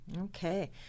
Okay